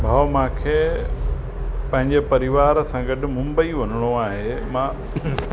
भाऊ मूंखे पंहिंजे परिवार सां गॾु मुंबई वञिणो आहे मां